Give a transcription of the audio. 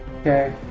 Okay